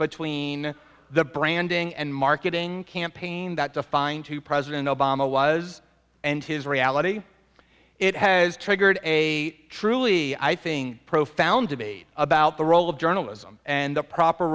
between the branding and marketing campaign that defined who president obama was and his reality it has triggered a truly i thing profound to be about the role of journalism and the proper